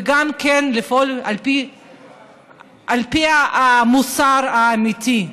וגם כן לפעול על פי המוסר האמיתי.